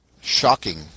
shocking